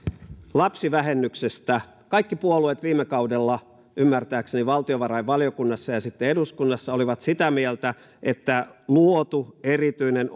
lapsivähennyksestä ymmärtääkseni kaikki puolueet viime kaudella valtiovarainvaliokunnassa ja eduskunnassa olivat sitä mieltä että erityinen